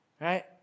right